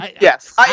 Yes